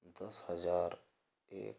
दस हज़ार एक